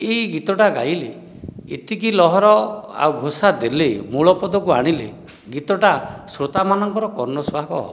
ଏହି ଗୀତଟା ଗାଇଲେ ଏତିକି ଲହର ଆଉ ଘୋଷା ଦେଲେ ମୂଳ ପଦକୁ ଆଣିଲେ ଗୀତଟା ସ୍ରୋତାମାନଙ୍କର କର୍ଣ୍ଣ ସୁହାଗ ହେବ